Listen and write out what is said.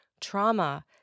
trauma